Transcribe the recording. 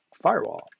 firewall